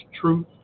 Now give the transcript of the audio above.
truth